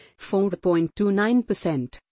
4.29%